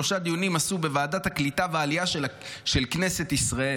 עשו שלושה דיונים